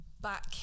back